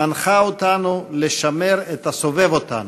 מנחה אותנו לשמר את הסובב אותנו,